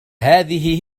هذه